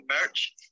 merch